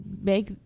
make